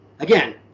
Again